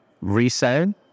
resale